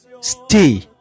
stay